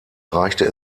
reichte